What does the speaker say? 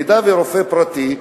אם רופא פרטי,